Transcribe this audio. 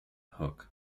hook